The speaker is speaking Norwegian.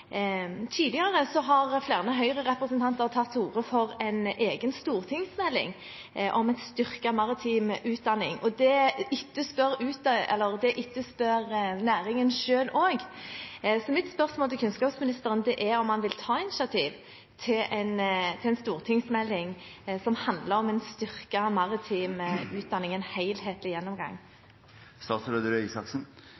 har flere Høyre-representanter tatt til orde for en egen stortingsmelding om en styrket maritim utdanning. Det etterspør næringen selv også. Mitt spørsmål til kunnskapsministeren er om han vil ta initiativ til en stortingsmelding som handler om en styrket maritim utdanning – en helhetlig gjennomgang?